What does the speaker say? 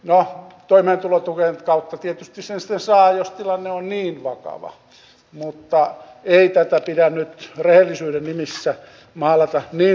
no toimeentulotuen kautta tietysti sen sitten saa jos tilanne on niin vakava mutta ei tätä pidä nyt rehellisyyden nimissä maalata niin synkäksi